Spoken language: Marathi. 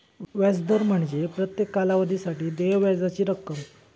व्याज दर म्हणजे प्रत्येक कालावधीसाठी देय व्याजाची रक्कम